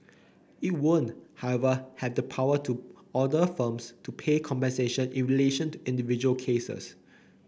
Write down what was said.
it won't however have the power to order firms to pay compensation in relation to individual cases